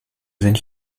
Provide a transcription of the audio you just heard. sind